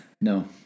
No